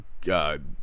God